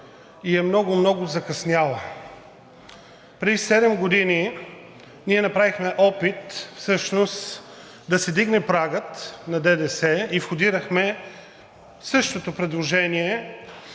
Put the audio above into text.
и е много, много закъсняла. Преди седем години ние направихме опит всъщност да се вдигне прагът на ДДС и входирахме същото предложение